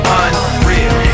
unreal